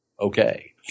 okay